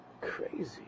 crazy